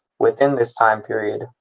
within this time period,